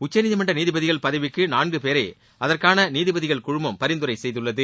உச்சநீதிமன்ற நீதிபதிகள் பதவிக்கு நான்கு பேரர அதற்கான நீதிபதிகள் குழுமம் பரிந்துரை செய்துள்ளது